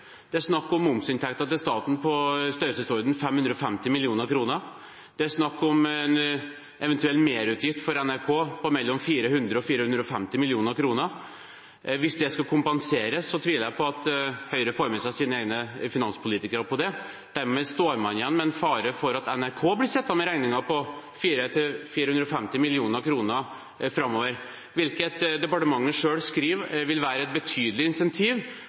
Det er snakk om momsinntekter til staten på i størrelsesordenen 550 mill. kr. Det er snakk om en eventuell merutgift for NRK på mellom 400 mill. kr og 450 mill. kr. Hvis det skal kompenseres, tviler jeg på at Høyre får med seg sine egne finanspolitikere på det. Dermed står man igjen med en fare for at NRK framover blir sittende med regningen på 450 mill. kr, hvilket departementet selv skriver vil være et betydelig